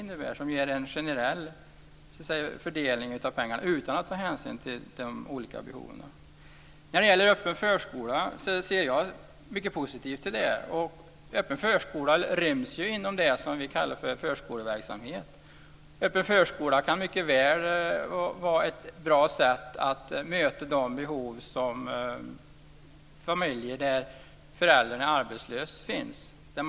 Det ger en generell fördelning av pengarna som inte tar hänsyn till olika behov. Jag ser positivt på den öppna förskolan. Öppen förskola ryms inom det vi kallar för förskoleverksamhet. Det kan mycket väl vara ett bra sätt att möta behov hos familjer med en arbetslös förälder.